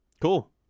cool